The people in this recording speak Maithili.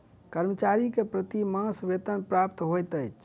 कर्मचारी के प्रति मास वेतन प्राप्त होइत अछि